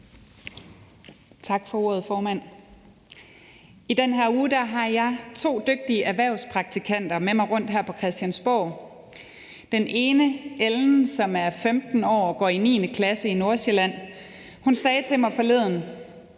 Tak for ordet, formand. I denne uge har jeg to dygtige erhvervspraktikanter med mig rundt her på Christiansborg. Den ene, Ellen, som er 15 år og går i 9. klasse i Nordsjælland, sagde til mig forleden: